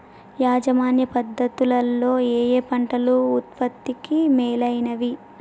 యాజమాన్య పద్ధతు లలో ఏయే పంటలు ఉత్పత్తికి మేలైనవి?